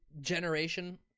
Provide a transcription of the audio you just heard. generation